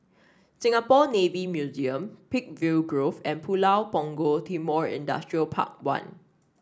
Singapore Navy Museum Peakville Grove and Pulau Punggol Timor Industrial Park One